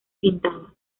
pintadas